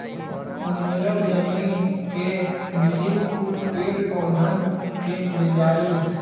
mineral जमीन के मिली कुल पेड़ पउधन के मिल जाई